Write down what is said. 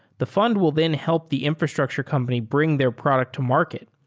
the fund will then help the infrastructure company bring their product to market.